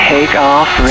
Takeoff